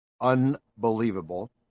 unbelievable